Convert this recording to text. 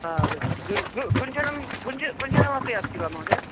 गृञ्जनं गृञ्जनं गुज गृञ्जनमपि अस्ति वा महोदय